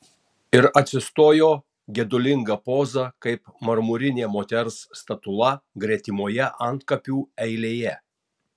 ir atsistojo gedulinga poza kaip marmurinė moters statula gretimoje antkapių eilėje